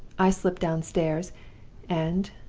i slipped downstairs and,